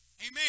Amen